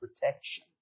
protection